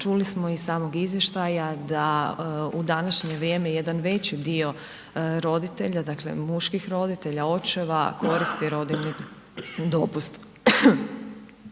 čuli smo iz samog izvještaja da u današnje vrijeme jedan veći dio roditelja, dakle muških roditelja, očeva koristi rodiljni dopust.